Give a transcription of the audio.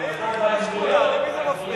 הוא יעיר את כל השכונה, למי זה מפריע?